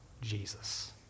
Jesus